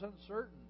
uncertain